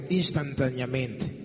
instantaneamente